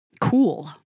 Cool